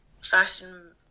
fashion